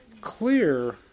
clear